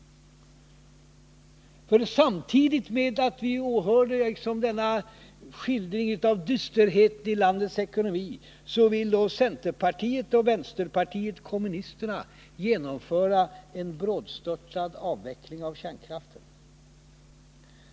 I det svåra läge som vi nu befinner oss i — vi kunde i går åhöra skildringar av dysterheten i landets ekonomi — vill centerpartiet och vänsterpartiet kommunisterna genomföra en brådstörtad avveckling av kärnkraften.